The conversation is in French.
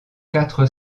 quatre